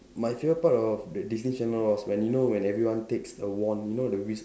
my favourite part of the Disney channel was when you know when everyone takes a wand you know the wiz~